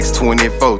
24